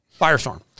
Firestorm